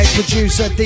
producer